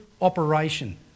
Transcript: operation